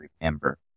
remember